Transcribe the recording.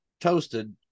toasted